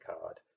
card